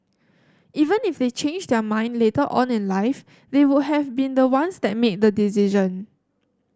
even if they change their mind later on in life they would have been the ones that made the decision